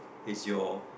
is your